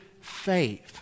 faith